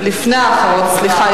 לפני האחרון, סליחה.